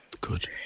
Good